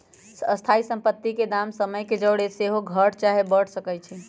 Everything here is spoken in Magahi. स्थाइ सम्पति के दाम समय के जौरे सेहो घट चाहे बढ़ सकइ छइ